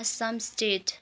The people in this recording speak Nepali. आसाम स्टेट